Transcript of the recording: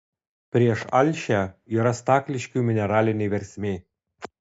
prieš alšią yra stakliškių mineralinė versmė